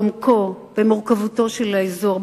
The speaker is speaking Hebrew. בעומקו ומורכבותו של האזור.